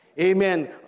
Amen